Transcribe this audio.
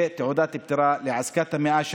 ותעודת הפטירה לעסקת המאה,